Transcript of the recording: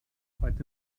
heute